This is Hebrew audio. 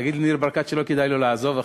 תגיד לניר ברקת שלא כדאי לו לעזוב עכשיו,